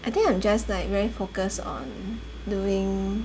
I think I'm just like very focused on doing